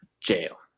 Jail